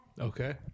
Okay